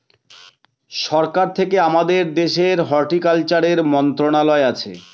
সরকার থেকে আমাদের দেশের হর্টিকালচারের মন্ত্রণালয় আছে